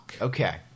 okay